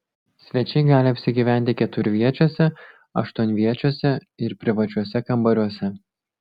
svečiai gali apsigyventi keturviečiuose aštuonviečiuose ir privačiuose kambariuose